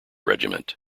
regiment